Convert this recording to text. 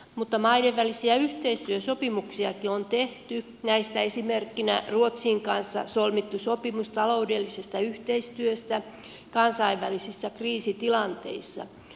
mutta maiden välisiä yhteistyösopimuksiakin on tehty näistä esimerkkinä ruotsin kanssa solmittu sopimus taloudellisesta yhteistyöstä kansainvälisissä kriisitilanteissa